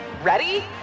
Ready